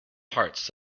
hearts